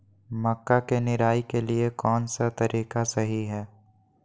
मक्का के निराई के लिए कौन सा तरीका सही है?